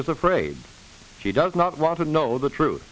is afraid she does not want to know the truth